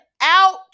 out